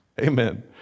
Amen